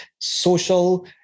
social